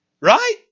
right